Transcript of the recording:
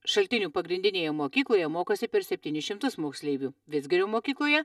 šaltinių pagrindinėje mokykloje mokosi per septynis šimtus moksleivių vidzgirio mokykloje